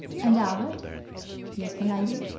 and, albert yes, m'lady?